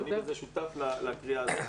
ואני שותף לקריאה הזו,